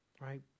right